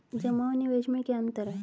जमा और निवेश में क्या अंतर है?